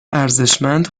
ارزشمند